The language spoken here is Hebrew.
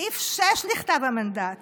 סעיף 6 לכתב המנדט